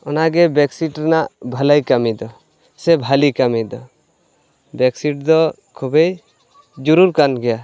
ᱚᱱᱟᱜᱮ ᱵᱮᱰᱥᱤᱴ ᱨᱮᱱᱟᱜ ᱵᱷᱟᱹᱞᱟᱹᱭ ᱠᱟᱹᱢᱤᱫᱚ ᱥᱮ ᱵᱷᱟᱞᱮ ᱠᱟᱹᱢᱤ ᱫᱚ ᱵᱮᱰᱥᱤᱴ ᱫᱚ ᱠᱷᱩᱵᱤᱭ ᱡᱚᱨᱩᱨᱠᱟᱱ ᱜᱮᱭᱟ